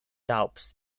doubts